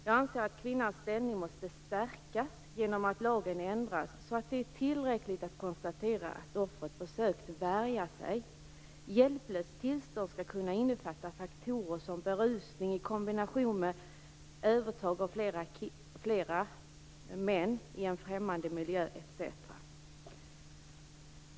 Jag anser att kvinnans ställning måste stärkas genom att lagen ändras, så att det är tillräckligt att konstatera att offret försökte värja sig. Hjälplöst tillstånd skall kunna innefatta faktorer som berusning i kombination med övertag av flera män i en främmande miljö, etc.